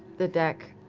the deck.